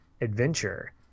adventure